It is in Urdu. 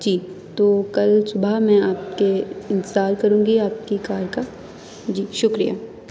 جی تو کل صبح میں آپ کے انتظار کروں گی آپ کی کار کا جی شکریہ